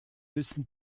müssen